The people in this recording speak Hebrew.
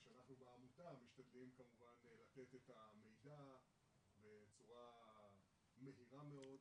שאנחנו בעמותה משתדלים כמובן לתת את המידע בצורה מהירה מאד,